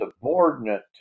subordinate